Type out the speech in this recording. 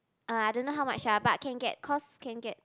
uh I don't know how much ah but can get cause can get